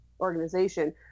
organization